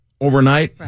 overnight